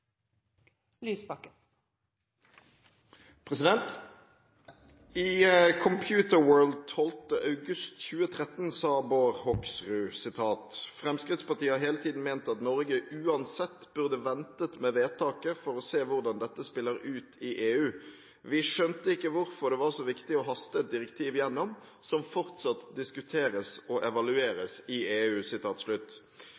august 2013 sa Bård Hoksrud: «Frp har hele tiden ment at Norge uansett burde ventet med vedtaket for å se hvordan dette spiller ut i EU. Vi skjønte ikke hvorfor det var så viktig å haste et direktiv gjennom, som fortsatt diskuteres og